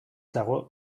dago